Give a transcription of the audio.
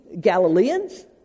Galileans